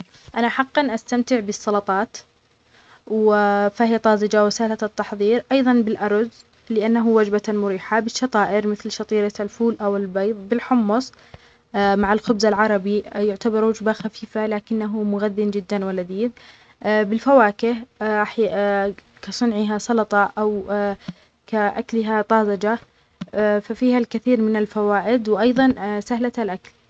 أنا حقاً أستمتع بالسلطات و-فهي طازجة وسهلة التحضير أيضا بالأرز لأنه وجبة مريحة بالشطائر مثل شطيرة الفول أو البيض بالحمص مع الخبزالعربي يعتبر وجبة خفيفة لكنه مغذٍ جدا ولذيذ بالفواكه كصنعها سلطة أو كأكلها طازجة ففيها الكثير من الفوائد وأيضا سهلة الأكل